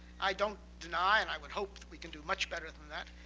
i don't deny, and i would hope that we can do much better than that.